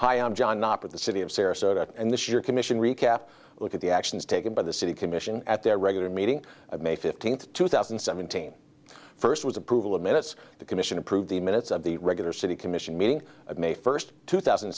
hi i'm john not with the city of sarasota and this your commission recap look at the actions taken by the city commission at their regular meeting of may fifteenth two thousand and seventeen first was approval of minutes the commission approved the minutes of the regular city commission meeting of may first two thousand